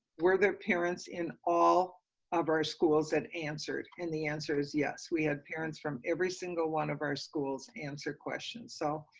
where the parents in all of our schools and answered and the answer is yes. we had parents from every single one of our schools answer questions, so